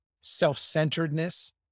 self-centeredness